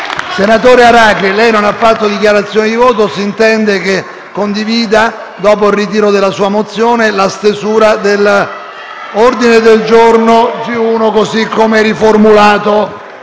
Senatore Aracri, lei non ha fatto una dichiarazione di voto, dunque si intende che, dopo il ritiro della sua mozione, condivida la stesura dell'ordine del giorno G1, così come riformulato.